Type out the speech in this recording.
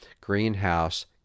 greenhouse